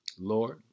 Lord